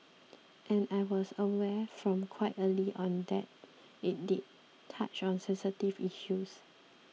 and I was aware from quite early on that it did touch on sensitive issues